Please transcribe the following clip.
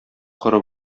коры